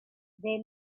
they